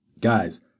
guys